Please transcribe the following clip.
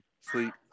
sleep